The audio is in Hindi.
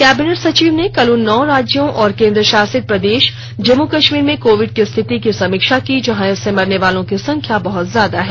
कैबिनेट सचिव ने कल उन नौ राज्यों और केन्द्र शासित प्रदेश जम्मू कश्मीर में कोविड की स्थिति की समीक्षा की जहां इससे मरने वालों की संख्या बहत ज्यादा है